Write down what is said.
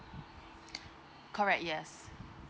correct yes